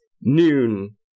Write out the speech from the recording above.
noon